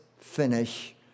finish